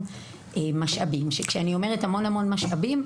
כשאני אומרת המון משאבים,